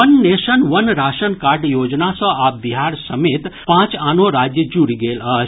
वन nation one ration card योजना सँ आब बिहार समेत पांच आनो राज्य जुड़ि गेल अछि